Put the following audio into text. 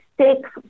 six